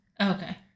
Okay